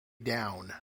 down